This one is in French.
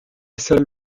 seule